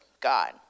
God